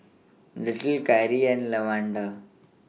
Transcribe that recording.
Little Kyrie and Lawanda